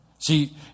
See